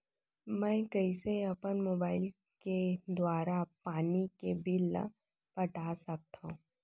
मैं कइसे अपन मोबाइल के दुवारा पानी के बिल ल पटा सकथव?